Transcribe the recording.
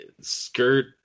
skirt